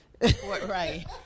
right